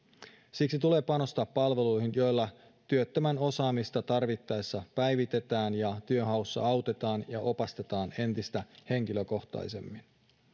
siksi tulee panostaa palveluihin joilla työttömän osaamista tarvittaessa päivitetään ja työnhaussa autetaan ja opastetaan entistä henkilökohtaisemmin